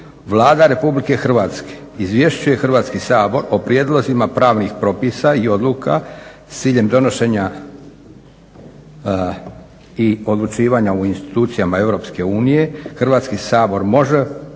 Vlada Republike Hrvatske izvješćuje Hrvatski sabor o prijedlozima pravnih propisa i odluka s ciljem donošenja i odlučivanja u institucijama Europske unije, Hrvatski sabor može